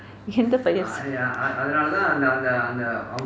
எந்த பரிசு:entha parisu